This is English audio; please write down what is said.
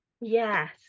Yes